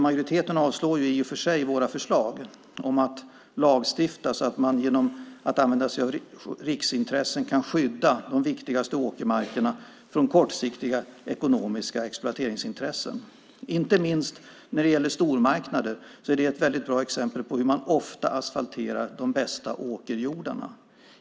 Majoriteten avstyrker i och för sig våra förslag om att lagstifta så att man genom att använda sig av riksintressen kan skydda de viktigaste åkermarkerna från kortsiktiga ekonomiska exploateringsintressen. Inte minst stormarknader är ett väldigt bra exempel på hur man ofta asfalterar de bästa åkerjordarna.